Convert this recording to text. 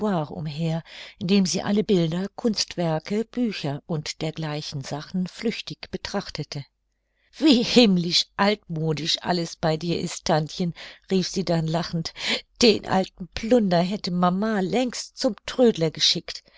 umher indem sie alle bilder kunstwerke bücher und dergleichen sachen flüchtig betrachtete wie himmlisch altmodisch alles bei dir ist tantchen rief sie dann lachend den alten plunder hätte mama längst zum trödler geschickt